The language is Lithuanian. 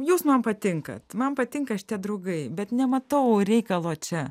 jūs man patinkat man patinka šitie draugai bet nematau reikalo čia